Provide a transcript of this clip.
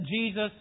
Jesus